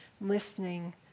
listening